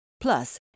Plus